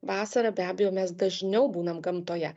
vasarą be abejo mes dažniau būnam gamtoje